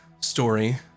story